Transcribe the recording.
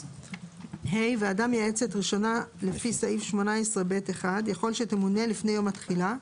(ה) ועדה מייעצת ראשונה לפי סעיף 18(ב1) יכול שתמונה לפני יום התחילה,